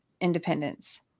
independence